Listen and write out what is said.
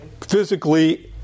physically